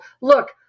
Look